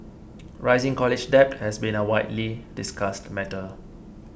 rising college debt has been a widely discussed matter